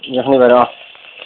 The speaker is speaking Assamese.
অঁ